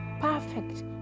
perfect